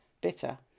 bitter